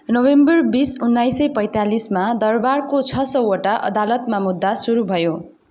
November बिस उन्नाइस सय पैँतालिसमा दरबारको छ सौवटा अदालतमा मुद्दा सुरु भयो